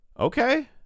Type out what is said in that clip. Okay